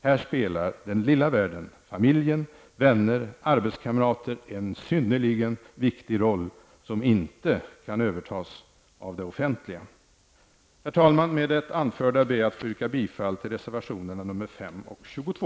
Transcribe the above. Här spelar den ''lilla världen'' -- familjen, vänner, arbetskamrater -- en synnerligen viktig roll, som inte kan övertas av det offentliga. Herr talman! Med det anförda ber jag att få yrka bifall till reservationerna nr 5 och 22.